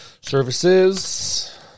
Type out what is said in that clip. services